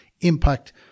impact